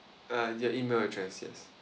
uh your email address yes